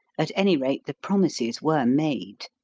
at any rate, the promises were made.